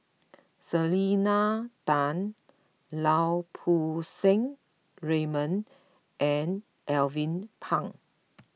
Selena Tan Lau Poo Seng Raymond and Alvin Pang